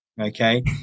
okay